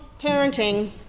parenting